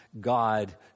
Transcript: God